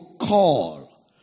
call